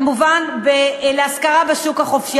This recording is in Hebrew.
או דירות, כמובן, להשכרה בשוק החופשי.